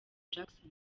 jackson